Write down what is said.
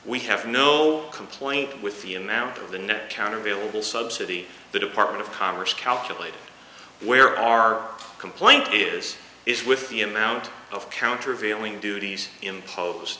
we have no complaint with the amount of the net counter available subsidy the department of commerce calculate where our complaint is is with the amount of countervailing duties imposed